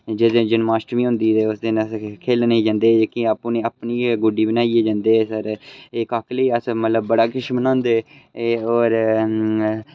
जिस दिन जन्माश्टमी होंदी उस दिन अस खेलने गी जंदे जेह्की अपनी अपनी गुड्डी बनाइयै जंदे एह् काकले अस मतलब बड़ा किश बनांदे एह् होर